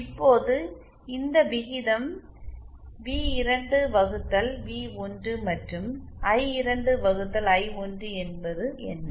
இப்போது இந்த விகிதம் v2 வகுத்தல் v1 மற்றும் I2 வகுத்தல் I1 என்பது என்ன